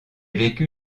vécu